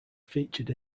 featured